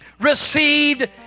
received